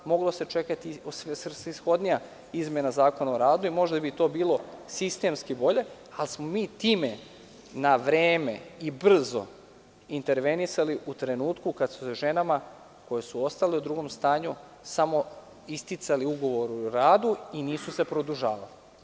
Mogla se čekati i svrsishodnija izmena Zakona o radu i možda bi to bilo sistemski bolje, ali smo mi time na vreme i brzo intervenisali u trenutku kad su ženama koje su ostale u drugom stanju samo isticali ugovori o radu i nisu se produžavali.